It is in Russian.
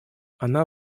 она